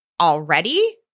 already